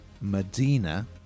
Medina